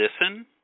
listen